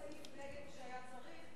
סיכוי שאני לא אוכל להתמודד בכנסת הבאה.